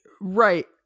Right